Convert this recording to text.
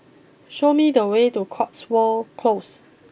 show me the way to Cotswold close